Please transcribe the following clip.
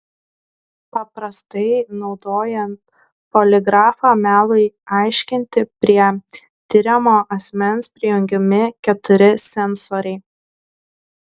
paprastai naudojant poligrafą melui aiškinti prie tiriamo asmens prijungiami keturi sensoriai